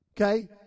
Okay